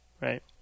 right